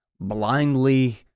blindly